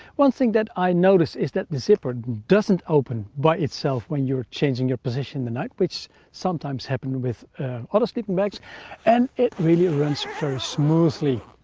one thing that i noticed is that the zipper doesn't open but it self when you're changing your position the night which sometimes happen with other sleeping bags and it really runs very smoothly.